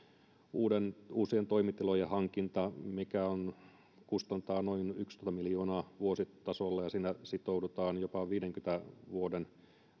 uusien toimitilojen hankinta mikä kustantaa noin yksitoista miljoonaa vuositasolla ja siinä sitoudutaan jopa viidenkymmenen vuoden